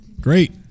Great